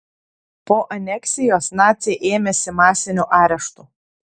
po aneksijos naciai ėmėsi masinių areštų